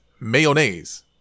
mayonnaise